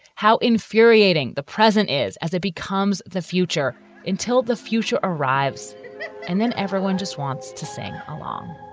how infuriating the present is as it becomes the future until the future arrives and then everyone just wants to sing along